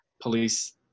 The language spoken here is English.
police